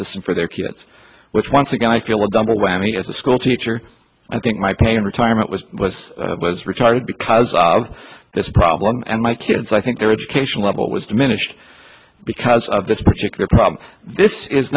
system for their kids which once again i feel a double whammy as a school teacher i think my pay and retirement was was was retarded because of this problem and my kids i think their education level was diminished because of this particular problem this is